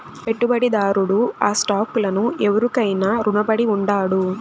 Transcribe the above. పెట్టుబడిదారుడు ఆ స్టాక్ లను ఎవురికైనా రునపడి ఉండాడు